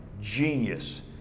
genius